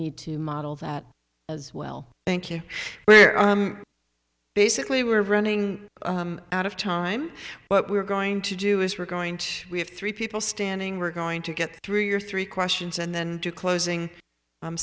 need to model that as well thank you but basically we're running out of time but we're going to do is we're going to have three people standing we're going to get three or three questions and then closing